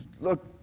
look